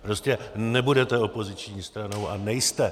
Prostě nebudete opoziční stranou a nejste.